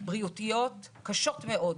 בריאותיות קשות מאוד,